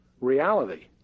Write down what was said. reality